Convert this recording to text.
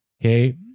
Okay